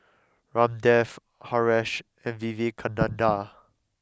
Ramdev Haresh and Vivekananda